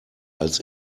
als